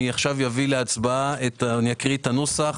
עכשיו אביא להצבעה אקרא את הנוסח